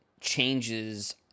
changes